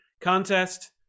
contest